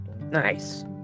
Nice